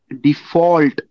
default